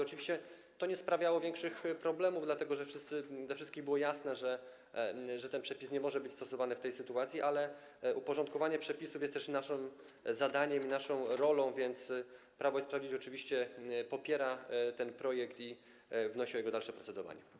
Oczywiście to nie sprawiało większych problemów, dlatego że dla wszystkich było jasne, że ten przepis nie może być stosowany w tej sytuacji, ale uporządkowanie przepisów jest też naszym zadaniem i naszą rolą, więc Prawo i Sprawiedliwość popiera ten projekt i wnosi o dalsze procedowanie nad nim.